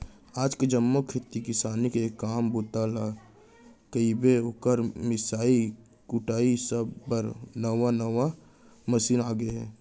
आज के जम्मो खेती किसानी के काम बूता ल कइबे, ओकर मिंसाई कुटई सब बर नावा नावा मसीन आ गए हे